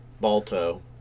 Balto